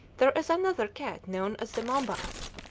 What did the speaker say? there is another cat known as the mombas,